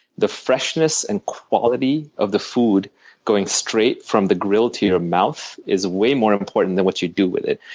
the freshness and quality of the food going straight from the grill to your mouth is way more important than what you do with it.